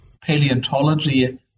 paleontology